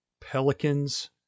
pelicans